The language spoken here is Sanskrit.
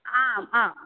आम्